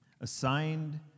assigned